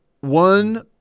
one